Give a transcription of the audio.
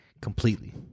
completely